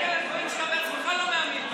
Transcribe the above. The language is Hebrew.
אל תגיע לדברים שאתה בעצמך לא מאמין בהם.